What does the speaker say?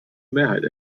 mehrheit